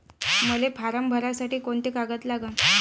मले फारम भरासाठी कोंते कागद लागन?